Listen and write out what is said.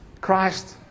Christ